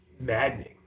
maddening